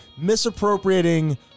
misappropriating